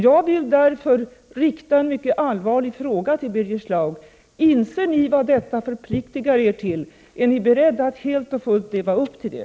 Jag vill därför rikta en mycket allvarlig fråga till Birger Schlaug: Inser ni vad detta förpliktigar er till, och är ni beredda att helt och fullt leva upp till det?